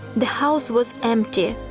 the house was empty.